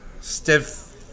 Stiff